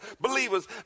Believers